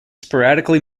sporadically